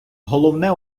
головне